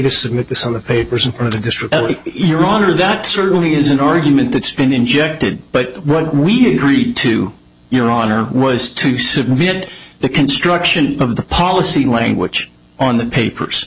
to submit this on the papers and for the district your honor that certainly is an argument that's been injected but what we agreed to your honor was to submit the construction of the policy language on the papers